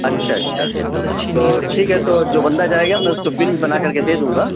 اچھا اچھا تو ٹھیک ہے تو جو بندہ جائے گا میں اُس کو بل بنا کر کے دے دوں گا